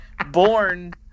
born